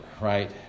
Right